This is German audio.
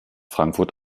frankfurt